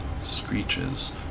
screeches